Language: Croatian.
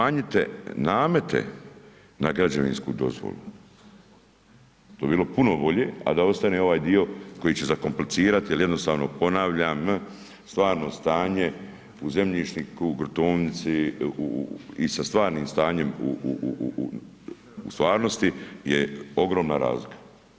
Smanjite namete na građevinsku dozvolu, to bi bilo puno bolje a da ostane ovaj dio koji će zakomplicirati jer jednostavno ponavljam stvarno stanje u zemljišnoj gruntovnici i sa stvarnim stanjem u stvarnosti je ogromna razlika.